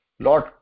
Lord